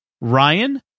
Ryan